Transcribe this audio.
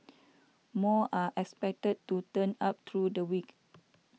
more are expected to turn up through the week